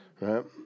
right